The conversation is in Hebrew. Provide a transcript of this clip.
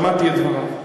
שמעתי את דבריו.